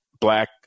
Black